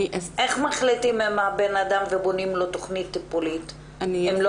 איך מחליטים לבנות תכנית טיפולית לאדם אם לא